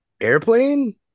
airplane